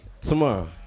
Tomorrow